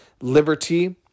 liberty